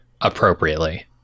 appropriately